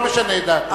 הוא לא משנה את דעתו.